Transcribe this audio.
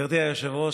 גברתי היושבת-ראש,